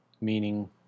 Meaning